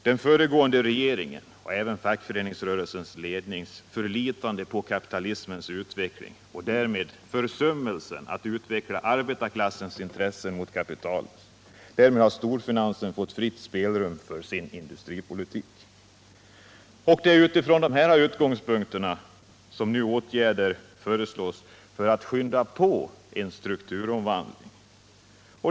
Den föregående regeringens och även fackföreningsrörelsens lednings förlitande på kapitalismens utveckling och därmed försummelsen att utveckla arbetarklassens intressen mot kapitalets. Därmed har storfinansen fått fritt spelrum för sin industripolitik. Det är utifrån dessa utgångspunkter som åtgärder nu föreslås för att skynda på en strukturomvandling.